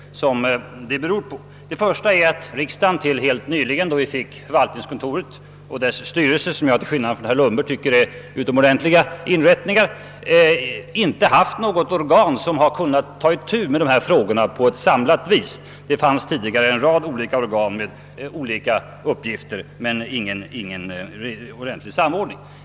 En anledning är att riksdagen tills helt nyligen — då vi fick förvaltningskontoret och dess styrelse, som jag till skillnad från herr Lundberg tycker är utomordentliga inrättningar — inte haft något organ som kunnat samordna dessa frågor; det fanns tidigare en rad olika organ med olika uppgifter men ingen ordentlig samordning.